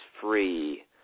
free